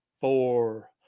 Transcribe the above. Four